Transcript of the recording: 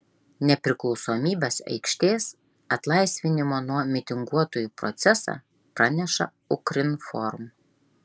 nepriklausomybės aikštės atlaisvinimo nuo mitinguotojų procesą praneša ukrinform